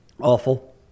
awful